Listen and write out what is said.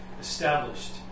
established